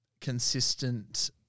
Consistent